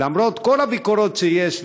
למרות כל הביקורת שיש,